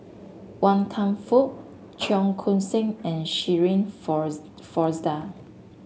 Wan Kam Fook Cheong Koon Seng and Shirin Fozdar